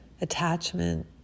attachment